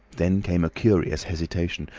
then came a curious hesitation.